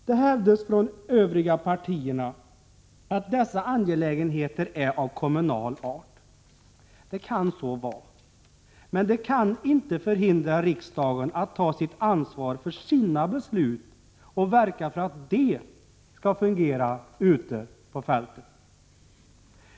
Det hävdas från de övriga partierna att dessa angelägenheter är av kommunal art. Det kan så vara, men detta kan inte hindra riksdagen från att ta ansvaret för sina beslut och verka för att de skall fungera ute på fältet.